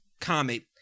comic